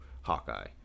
Hawkeye